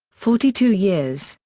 forty two years,